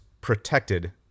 protected